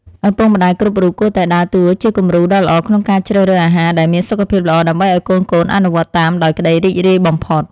ឪពុកម្តាយគ្រប់រូបគួរតែដើរតួជាគំរូដ៏ល្អក្នុងការជ្រើសរើសអាហារដែលមានសុខភាពល្អ ដើម្បីឲ្យកូនៗអនុវត្តតាមដោយក្តីរីករាយបំផុត។